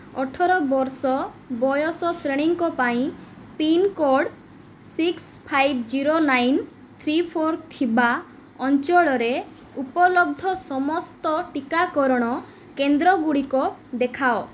ଅଠର ବର୍ଷ ବୟସ ଶ୍ରେଣୀଙ୍କ ପାଇଁ ପିନ୍କୋଡ଼୍ six five zero nine three four ଥିବା ଅଞ୍ଚଳରେ ଉପଲବ୍ଧ ସମସ୍ତ ଟିକାକରଣ କେନ୍ଦ୍ରଗୁଡ଼ିକ ଦେଖାଅ